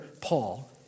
Paul